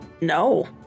No